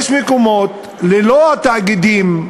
יש מקומות שללא התאגידים,